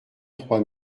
trois